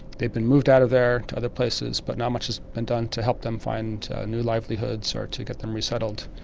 they've been moved out of there to other places but not much has been done to help them find new livelihoods or to get them resettled.